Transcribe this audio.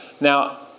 Now